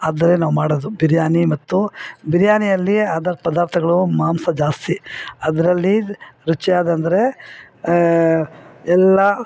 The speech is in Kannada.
ಅದನ್ನೇ ನಾವು ಮಾಡೋದು ಬಿರಿಯಾನಿ ಮತ್ತು ಬಿರಿಯಾನಿಯಲ್ಲಿ ಅದರ ಪದಾರ್ಥಗಳು ಮಾಂಸ ಜಾಸ್ತಿ ಅದರಲ್ಲಿ ರುಚಿಯಾದಂದರೆ ಎಲ್ಲ